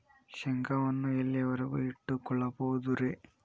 ಶೇಂಗಾವನ್ನು ಎಲ್ಲಿಯವರೆಗೂ ಇಟ್ಟು ಕೊಳ್ಳಬಹುದು ರೇ?